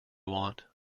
want